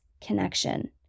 connection